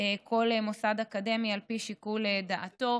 כל מוסד אקדמי על פי שיקול דעתו.